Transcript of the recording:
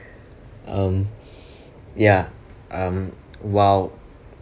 um ya um while